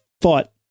fought